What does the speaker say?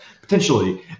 potentially